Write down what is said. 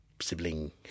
Sibling